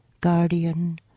guardian